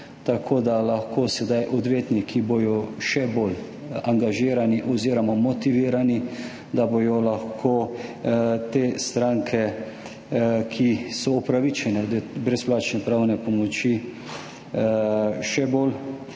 da bodo lahko sedaj odvetniki še bolj angažirani oziroma motivirani, da bodo te stranke, ki so upravičene do brezplačne pravne pomoči, še bolj